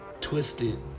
Twisted